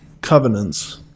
covenants